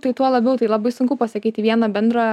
tai tuo labiau tai labai sunku pasakyti vieną bendrą